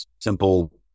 simple